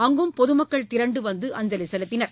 அங்கும் பொதுமக்கள் திரண்டு வந்து அஞ்சலி செலுத்தினர்